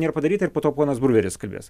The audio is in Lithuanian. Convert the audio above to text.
nėra padaryta ir po to ponas bruveris kalbės